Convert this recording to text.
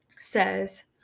says